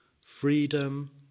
freedom